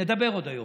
נדבר עוד היום.